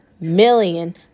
million